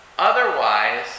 Otherwise